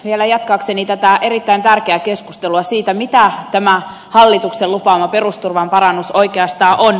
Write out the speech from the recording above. vielä jatkaisin tätä erittäin tärkeää keskustelua siitä mitä tämä hallituksen lupaama perusturvan parannus oikeastaan on